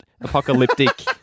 apocalyptic